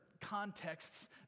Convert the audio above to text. contexts